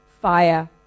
fire